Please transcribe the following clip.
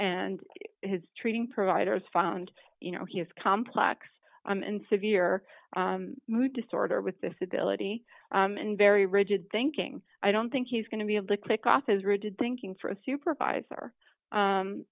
and his treating providers found you know he has complex and severe mood disorder with this ability and very rigid thinking i don't think he's going to be able to click off his rigid thinking for a supervisor